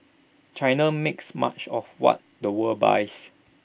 China makes much of what the world buys